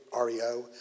REO